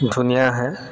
ধুনীয়া হয়